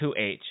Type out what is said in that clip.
2h